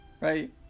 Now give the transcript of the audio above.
Right